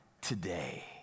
today